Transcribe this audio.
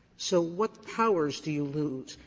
so what powers do you lose?